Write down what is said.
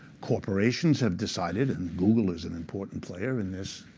corporations have decided, and google is an important player in this,